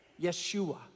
Yeshua